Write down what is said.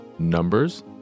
Numbers